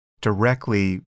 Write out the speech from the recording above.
directly